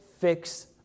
fix